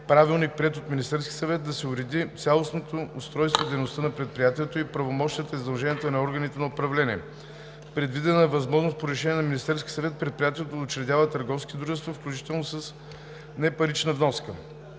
правилник, приет от Министерския съвет, да се уредят цялостно устройството и дейността на предприятието, правомощията и задълженията на органите на управление. Предвидена е възможност, по решение на Министерския съвет, предприятието да учредява търговски дружества, включително с непарична вноска,